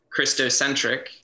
Christocentric